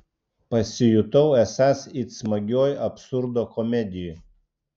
pasijutau esąs it smagioj absurdo komedijoj